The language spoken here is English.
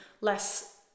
less